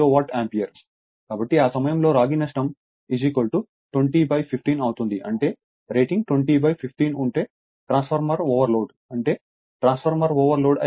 కాబట్టి ఆ సమయంలో రాగి నష్టం 20 15 అవుతుంది అంటే రేటింగ్ 20 15 ఉంటే ట్రాన్స్ఫార్మర్ ఓవర్లోడ్ అంటే ట్రాన్స్ఫార్మర్ ఓవర్లోడ్ అయింది